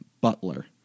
butler